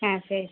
ஆ சரி